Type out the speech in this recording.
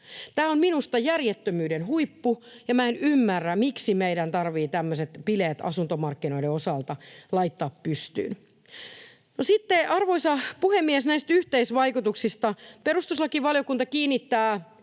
Tämä on minusta järjettömyyden huippu, ja minä en ymmärrä, miksi meidän tarvitsee tämmöiset bileet asuntomarkkinoiden osalta laittaa pystyyn. No sitten, arvoisa puhemies, näistä yhteisvaikutuksista: Perustuslakivaliokunta kiinnittää